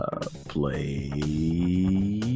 Play